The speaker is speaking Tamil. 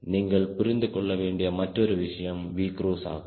நீங்கள் புரிந்து கொள்ள வேண்டிய மற்றொரு விஷயம் Vcruise ஆகும்